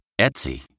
Etsy